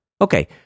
okay